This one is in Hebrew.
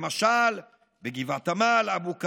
למשל בגבעת עמל, אבו כביר,